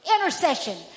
Intercession